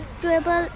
dribble